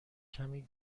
کمی